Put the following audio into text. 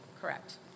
Correct